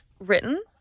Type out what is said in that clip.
written